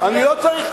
אני עוצר.